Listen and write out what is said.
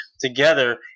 together